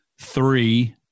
Three